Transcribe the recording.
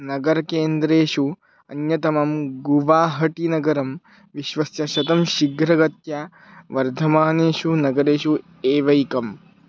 नगरकेन्द्रेषु अन्यतमं गुवाहटीनगरं विश्वस्य शतं शीघ्रगत्या वर्धमानेषु नगरेषु एवैकम्